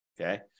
okay